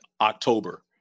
October